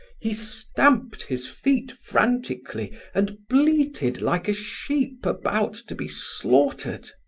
he stamped his feet frantically and bleated like a sheep about to be slaughtered.